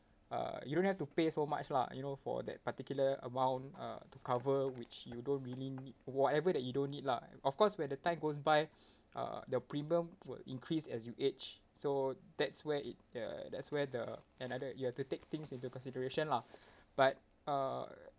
uh you don't have to pay so much lah you know for that particular amount uh to cover which you don't really nee~ whatever that you don't need lah of course when the time goes by uh the premium will increase as you age so that's where it ya that's where the another you have to take things into consideration lah but uh